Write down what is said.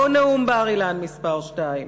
לא נאום בר-אילן מס' 2,